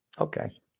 Okay